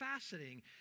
fascinating